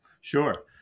Sure